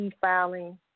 filing